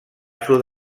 sud